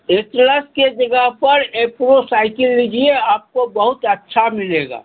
Atlas के जगह पर एप्रो साइकिल लीजिए आपको बहुत अच्छा मिलेगा